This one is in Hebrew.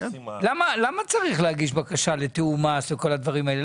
למה צריך להגיש בקשה לתיאום מס או כל הדברים האלה?